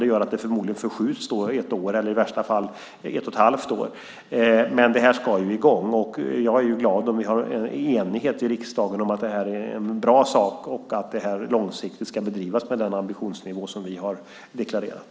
Det gör att det förmodligen blir ett års, eller i värsta fall ett och ett halvt års, förskjutning. Men det här ska komma i gång. Jag är glad om det finns en enighet i riksdagen om att det här är en bra sak och att detta långsiktigt ska bedrivas med den ambitionsnivå som vi har deklarerat.